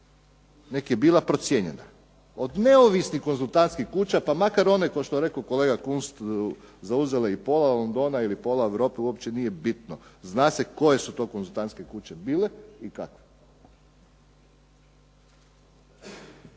nego je bila procijenjena. Od neovisnih konzultacijskih kuća, pa makar one kao što je rekao kolega Kunst koje su zauzele pola Londona ili pola Europe uopće nije bitno, zna se koje su to konzultantske kuće bile i kakve.